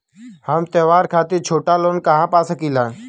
हम त्योहार खातिर छोटा लोन कहा पा सकिला?